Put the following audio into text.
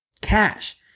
cash